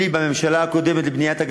בממשלה הקודמת,